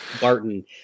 Barton